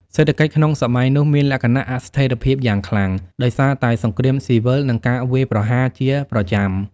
សេដ្ឋកិច្ចក្នុងសម័យនោះមានលក្ខណៈអស្ថិរភាពយ៉ាងខ្លាំង ដោយសារតែសង្គ្រាមស៊ីវិលនិងការវាយប្រហារជាប្រចាំ។